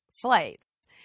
flights